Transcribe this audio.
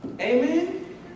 Amen